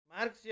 Marx